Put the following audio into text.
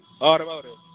Automotive